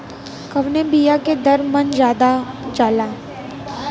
कवने बिया के दर मन ज्यादा जाला?